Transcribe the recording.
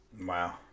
Wow